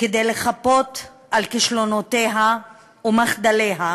כדי לחפות על כישלונותיה ועל מחדליה